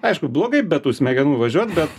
aišku blogai be tų smegenų važiuot bet